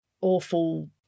awful